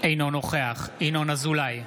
אינו נוכח ינון אזולאי,